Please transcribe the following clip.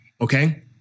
okay